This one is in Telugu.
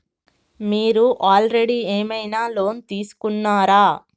మీరు ఆల్రెడీ ఏమైనా లోన్ తీసుకున్నారా?